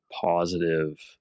positive